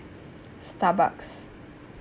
Starbucks